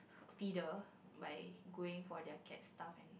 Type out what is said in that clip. feeder by going for their cat stuff and